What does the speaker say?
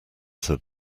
said